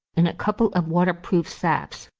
in a couple of waterproof sacks,